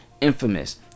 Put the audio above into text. Infamous